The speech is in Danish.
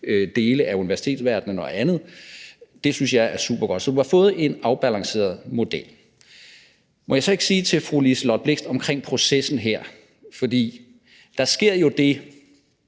dele af universitetsverdenen og andet. Det synes jeg er supergodt. Så vi har fået en afbalanceret model. Må jeg så ikke sige noget til fru Liselott Blixt omkring processen her. For der sker jo det